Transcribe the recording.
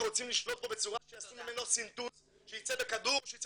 רוצים לשלוט בו בצורה שיעשו ממנו סינתוז שייצא בכדור או שייצא